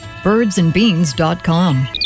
Birdsandbeans.com